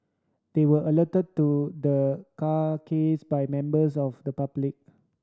they were alerted to the carcase by members of the public